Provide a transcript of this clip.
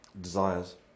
Desires